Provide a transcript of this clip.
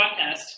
podcast